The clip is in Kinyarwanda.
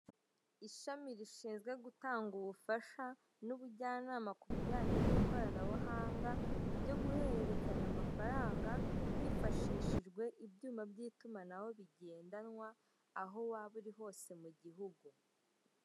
Ishami rishinzwe gutanga ubufasha n'ubujyanama ku bijyanye n'ikoranabuhanga ryo guhererekanya amafaranga hifashishijwe ibyuma by'itumanaho bigendanwa aho waba uri hose mu gihugu.